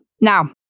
Now